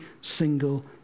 single